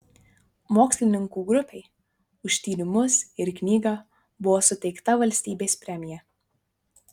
mokslininkų grupei už tyrimus ir knygą buvo suteikta valstybės premija